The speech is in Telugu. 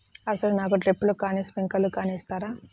అసలు నాకు డ్రిప్లు కానీ స్ప్రింక్లర్ కానీ ఇస్తారా?